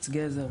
מיץ גזר,